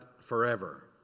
forever